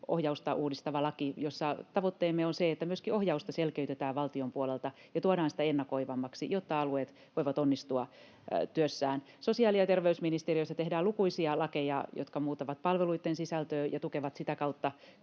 ohjausta uudistava laki, jossa tavoitteemme on se, että myöskin ohjausta selkeytetään valtion puolelta ja tuodaan sitä ennakoivammaksi, jotta alueet voivat onnistua työssään. Sosiaali- ja terveysministeriössä tehdään lukuisia lakeja, jotka muuttavat palveluitten sisältöä ja tukevat sitä kautta